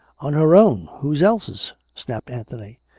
on her own! whose else's? snapped anthony.